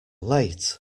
late